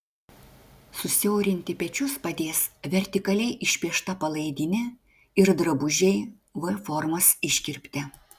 susiaurinti pečius padės vertikaliai išpiešta palaidinė ir drabužiai v formos iškirpte